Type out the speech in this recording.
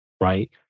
right